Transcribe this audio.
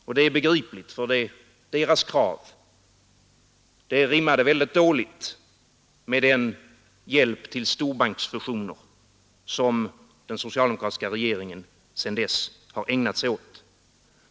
Och det är begripligt, för deras krav rimmade väldigt dåligt med den hjälp till storbanksfusioner som den socialdemokratiska regeringen sedan dess har ägnat sig åt.